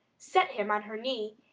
set him on her knee,